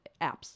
apps